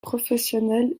professionnelle